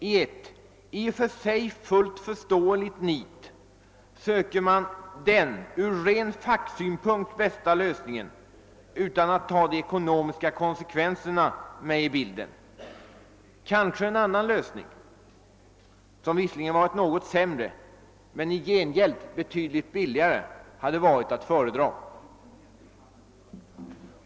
I ett i och för sig fullt förståeligt nit söker man den från ren facksynpunkt bästa lösningen utan att ta de ekonomiska konsekvenserna med i bilden. Kanske en annan lösning, som visserligen varit något sämre men i gengäld betydligt billigare, hade varit att föredra?